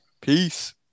Peace